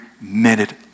minute